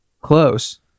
Close